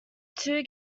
two